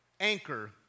anchor